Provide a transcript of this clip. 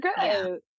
good